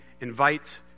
invite